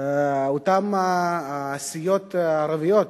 אותן סיעות ערביות